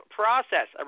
process